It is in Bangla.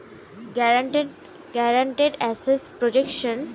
গ্যারান্টেড অ্যাসেট প্রোটেকশন বা গ্যাপ ইন্সিওরেন্স উত্তর আমেরিকায় শুরু হয়েছিল